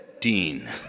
Dean